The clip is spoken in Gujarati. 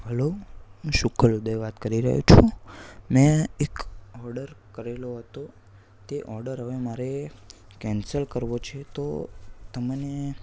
હલો હું શુકલ દે વાત કરી રહ્યો છું મેં એક ઓર્ડર કરેલો હતો તે ઓર્ડર હવે મારે કેન્સલ કરવો છે તો તમને